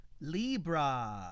Libra